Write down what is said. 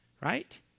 right